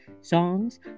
songs